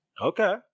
okay